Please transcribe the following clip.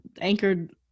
anchored